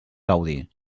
gaudi